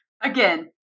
again